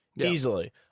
easily